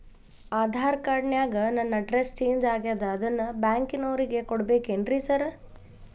Aadhaar card ನ್ಯಾಗ ನನ್ address change ಆಗ್ಯಾದ ಅದನ್ನ ಬ್ಯಾಂಕಿನೊರಿಗೆ ಕೊಡ್ಬೇಕೇನ್ರಿ ಸಾರ್?